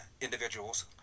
individuals